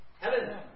Heaven